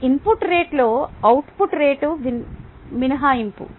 ఇది ఇన్పుట్ రేటులో output rate మినహాయింపు